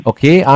Okay